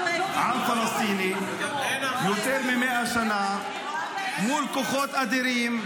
העם הפלסטיני יותר מ-100 שנה מול כוחות אדירים,